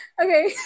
Okay